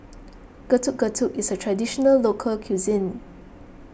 Getuk Getuk is a Traditional Local Cuisine